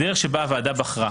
הדרך שבה הוועדה בחרה,